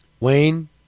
Wayne